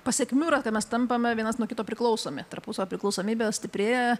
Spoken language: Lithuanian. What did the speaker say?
pasekmių yra kai mes tampame vienas nuo kito priklausomi tarpusavio priklausomybė stiprėja